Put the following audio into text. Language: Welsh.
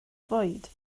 fwyd